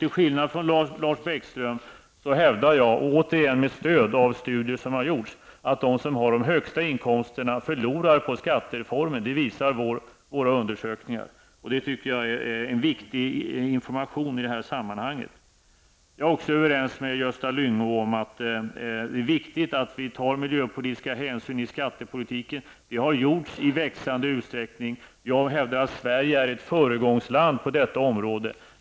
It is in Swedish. Till skillnad från Lars Bäckström hävdar jag -- återigen med stöd av studier som har gjorts -- att de som har de högsta inkomsterna förlorar på skattereformen. Det visar våra undersökningar. Det tycker jag är en viktig information i det här sammanhanget. Jag är också överens med Gösta Lyngå om att det är viktigt att man tar miljöpolitiska hänsyn i skattepolitiken. Det har gjorts i växande utsträckning. Jag hävdar att Sverige är ett föregångsland på detta område.